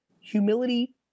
humility